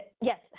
yes